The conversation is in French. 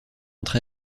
entre